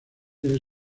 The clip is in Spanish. debe